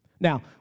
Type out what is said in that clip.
Now